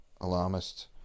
alarmist